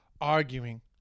arguing